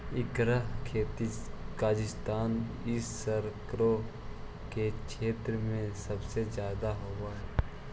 एकर खेती कजाकिस्तान ई सकरो के क्षेत्र सब में जादे होब हई